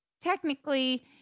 technically